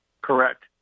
correct